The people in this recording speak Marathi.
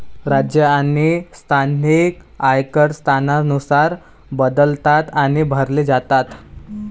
राज्य आणि स्थानिक आयकर स्थानानुसार बदलतात आणि भरले जातात